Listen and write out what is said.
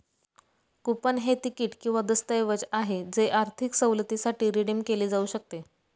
coupon हे ticket किंवा दस्तऐवज आहे जे आर्थिक सवलतीसाठी रिडीम केले जाऊ शकते